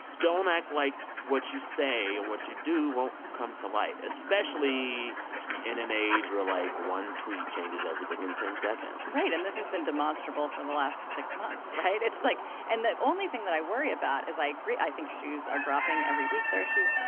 don't act like what you say and what you do won't come to light, especially in an age where, like, one tweet changes everything in ten seconds right, and this has been demonstrable for the last six months, right? yes it's like and the only thing that i worry about is i agree. i think shoes are dropping every week there are shoes.